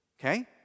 okay